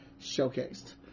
showcased